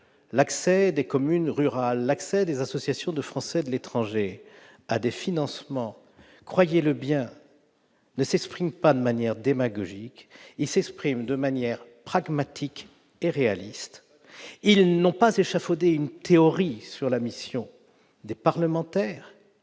l'accès des communes rurales et celui des associations de Français de l'étranger à des financements, ils ne s'expriment pas de manière démagogique. Ils s'expriment de manière pragmatique et réaliste. Très bien ! Ils n'ont pas échafaudé une théorie sur la mission des parlementaires,